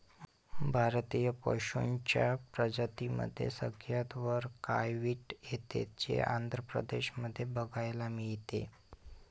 भारतीय पशूंच्या प्रजातींमध्ये सगळ्यात वर काळवीट येते, जे आंध्र प्रदेश मध्ये बघायला मिळते